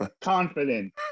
confident